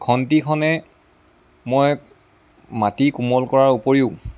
খন্তিখনে মই মাটি কোমল কৰাৰ উপৰিও